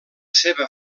seva